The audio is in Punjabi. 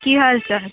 ਕੀ ਹਾਲ ਚਾਲ